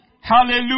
Hallelujah